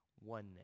oneness